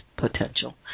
Potential